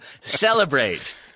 celebrate